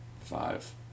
five